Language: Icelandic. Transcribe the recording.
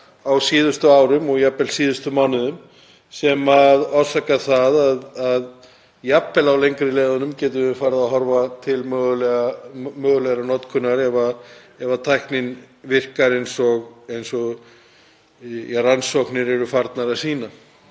á síðustu árum og jafnvel síðustu mánuðum sem orsaka það að jafnvel á lengri leiðunum getum við farið að horfa til mögulegrar notkunar, ef tæknin virkar eins og rannsóknir eru farnar að sýna.